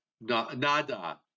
nada